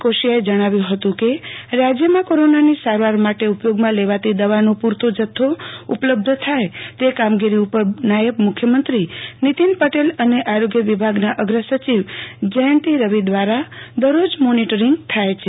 કોશિયાએ જણાવ્યું હત કે રાજયમાં કોરોનાની સારવાર માટે ઉપયોગમાં લેવાતી દવાનો પુરતો જથ્થો ઉપલબ્ધ થાય ત કામગીરી ઉપર નાયબ મુખ્યમત્રી નીતિન પટેલ અન આરોગ્ય વિભાગના અગ્ર સચિવ જયંતિ રવિ દવારા દરરોજ મોનોટરીંગ થાય છે